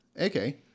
Okay